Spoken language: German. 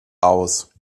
aus